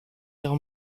vers